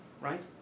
right